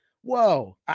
whoa